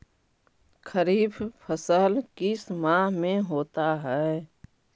खरिफ फसल किस माह में होता है?